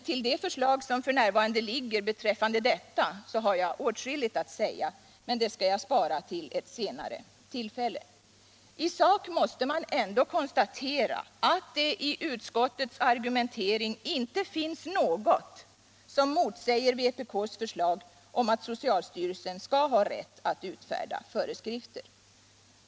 Till det förslag som f.n. ligger beträffande detta har jag åtskilligt att säga, men det skall jag spara till ett senare tillfälle. I sak måste man ändå konstatera att det i utskottets argumentering inte finns något som motsäger vpk:s förslag om att socialstyrelsen skall ha rätt att utfärda föreskrifter.